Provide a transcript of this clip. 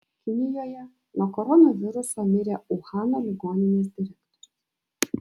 kinijoje nuo koronaviruso mirė uhano ligoninės direktorius